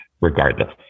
regardless